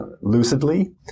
lucidly